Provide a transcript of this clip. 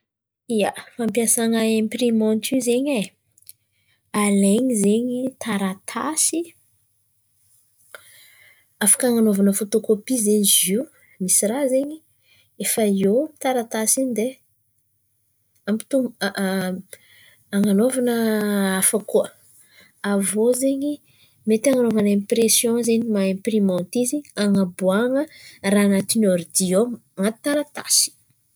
ia, fampiasana imprimanty io zen̈y ai alain̈y zen̈y taratasy afaka an̈anaovana fôtôkopi zen̈y zio, misy raha zen̈y efa eo taratasy in̈y dia, ampitombo an̈anaovana hafa koa. Aviô zen̈y mety an̈anaovana impresian zen̈y maha imprimanty izy an̈aboana raha an̈atin̈y ordi ao an̈aty taratasy.